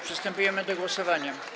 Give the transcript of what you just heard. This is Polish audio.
Przystępujemy do głosowania.